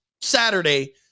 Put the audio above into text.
Saturday